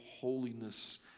holiness